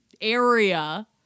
area